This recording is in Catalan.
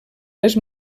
les